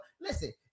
Listen